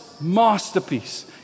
masterpiece